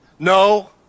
No